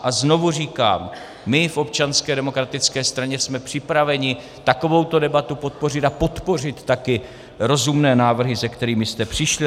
A znovu říkám, my v Občanské demokratické straně jsme připraveni takovouto debatu podpořit a podpořit také rozumné návrhy, se kterými jste přišli.